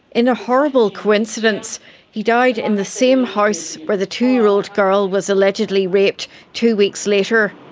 in a horrible coincidence he died in the same house where the two-year-old girl was allegedly raped two weeks later.